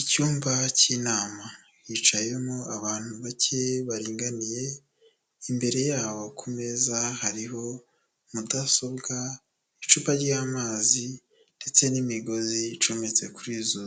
Icyumba cy'inama, hicayemo abantu bake baringaniye, imbere yabo ku meza hariho mudasobwa, icupa ry'amazi, ndetse n'imigozi icometse kuri izo